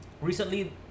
recently